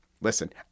Listen